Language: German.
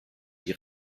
die